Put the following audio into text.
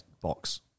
box